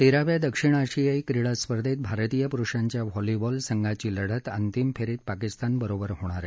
तेराव्या दक्षिण आशियाई क्रीडा स्पर्धेत भारतीय पुरुषाच्या व्हॉलीबॉल सद्याची लढत अतिम फेरीत पाकिस्तानबरोबर होणार आहे